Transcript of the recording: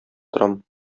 торам